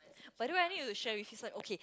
by the way I need to share it with you it's like okay